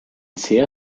sehr